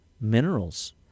minerals